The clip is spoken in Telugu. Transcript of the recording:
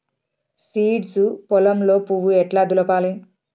సీడ్స్ పొలంలో పువ్వు ఎట్లా దులపాలి?